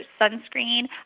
sunscreen